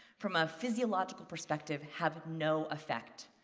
from a physiological perspective, have no effect.